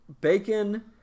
bacon